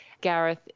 Gareth